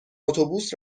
اتوبوس